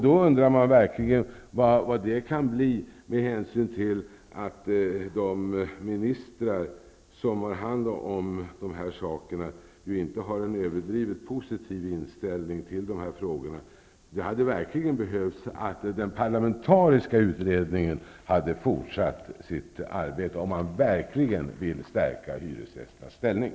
Då undrar man verkligen vad det kan bli, med hänsyn till att de ministrar som har hand om dessa frågor ju inte har en överdrivet positiv inställning till dem. Den parlamentariska utredningen hade behövt fortsätta sitt arbete, om man verkligen vill stärka hyresgästernas ställning.